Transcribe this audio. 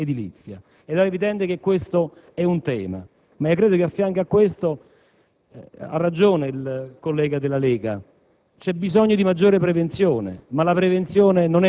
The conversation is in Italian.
per intervenire ancora lì, per favorire la speculazione edilizia. È evidente che questo è un tema rilevante. Ma credo che, a fianco a questo (ha ragione il collega della Lega),